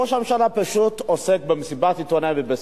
ראש הממשלה פשוט עוסק במסיבת עיתונאים ובספין.